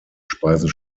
speisen